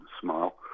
smile